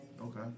Okay